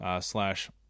slash